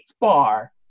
bar